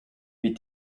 wie